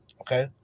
okay